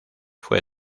fue